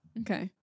okay